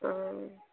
अऽ